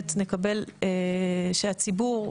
שהציבור,